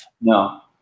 no